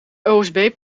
osb